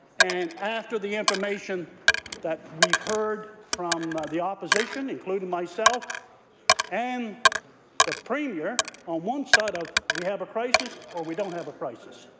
and after the information that we've heard from the opposition, including myself and the premier, on one side we have a crisis or we don't have a crisis.